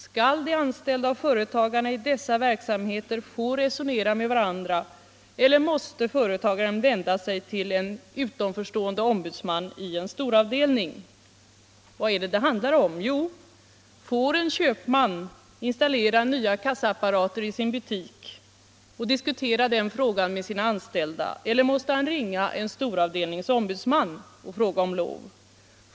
Skall de anställda och företagarna i dessa verksamheter få resonera med varandra eller måste företagaren vända sig till en utanförstående ombudsman i en storavdelning? Vad handlar det om? Jo, 1. ex. om frågan: Får en köpman installera nya kassaapparater i sin butik och diskutera den frågan med sina anställda, eller måste han ringa en storavdelnings ombudsman och fråga om lov?